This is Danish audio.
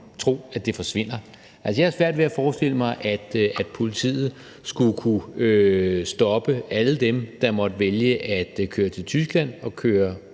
tro, det forsvinder. Jeg har svært ved at forestille mig, at politiet skulle kunne stoppe alle dem, der måtte vælge at køre til Tyskland og købe